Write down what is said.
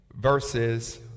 verses